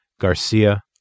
Garcia